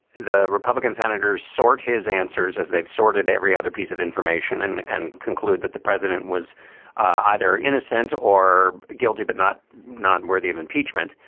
the republican senators sort his answers as they've sorted every other piece of information and and conclude that the president was either innocent or guilty, but not not worthy of impeachment.